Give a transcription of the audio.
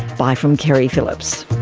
bye from keri phillips